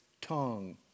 tongue